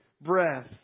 breath